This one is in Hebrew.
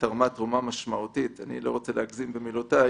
תרמה תרומה משמעותית אני לא רוצה להגזים במילותיי